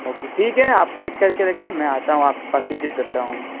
okay ٹھیک ہے آپ پیک کر کے رکھیں میں آتا ہوں آپ کے پاس وزٹ کرتا ہوں میں